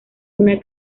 una